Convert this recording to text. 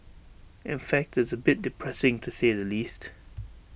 in fact it's A bit depressing to say at the least